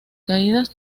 caídas